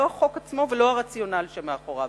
לא החוק עצמו ולא הרציונל שמאחוריו.